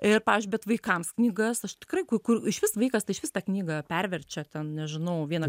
ir pavyzdžiui bet vaikams knygas aš tikrai kur kur išvis vaikas tai išvis tą knygą perverčia ten nežinau vieną